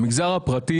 המגזר הפרטי,